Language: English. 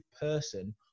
person